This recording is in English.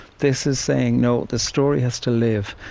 this is saying, no, the story has to live,